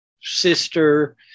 sister